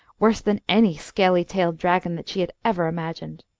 worse than any scaly-tailed dragon that she had ever imagined.